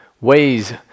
ways